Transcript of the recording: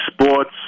sports